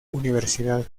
universidad